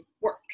work